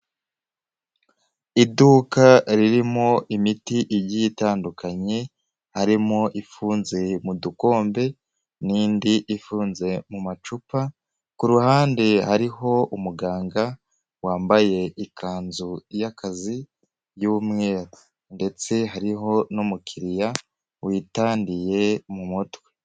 Iduka ririmo imiti igiye itandukanye, harimo ifunze mudukombe n'indi ifunze mu macupa, ku ruhande hariho umuganga wambaye ikanzu y'akazi y'umweru ndetse hariho n'umukiriya witandiye mu mutwe.